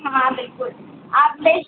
हाँ बिल्कुल आप ले सक